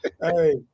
Hey